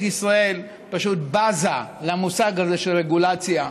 ישראל פשוט בזה למושג הזה של רגולציה.